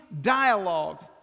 dialogue